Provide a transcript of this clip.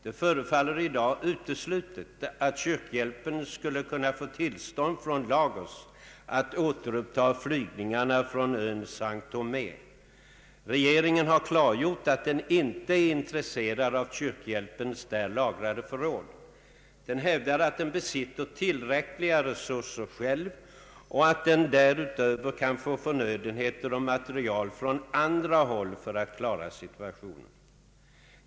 Det förefaller i dag uteslutet att kyrkohjälpen skulle kunna få tillstånd från Lagos att återupptaga flygningarna från ön Såo Thomé. Regeringen har klargjort att den inte är intresserad av kyrkohjälpens där lagrade förråd. Den hävdar att den besitter tillräckliga resurser själv och att den därutöver kan få förnödenheter och material från andra håll för att klara situationen.